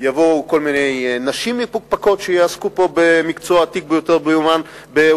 יבואו כל מיני נשים מפוקפקות שיעסקו פה במקצוע העתיק ביותר בעולם,